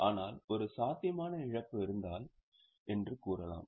ஆனால் ஒரு சாத்தியமான இழப்பு இருந்தால் என்று கூறுகிறோம்